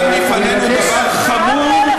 אי-אפשר להמשיך ככה.